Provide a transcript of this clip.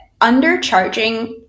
undercharging